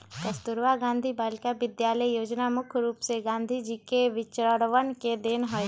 कस्तूरबा गांधी बालिका विद्यालय योजना मुख्य रूप से गांधी जी के विचरवन के देन हई